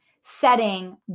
setting